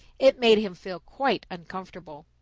it made him feel quite uncomfortable.